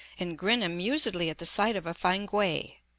and grin amusedly at the sight of a fankwae,